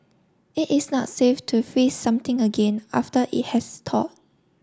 it is not safe to freeze something again after it has thawed